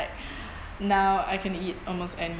now I can eat almost everything